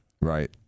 right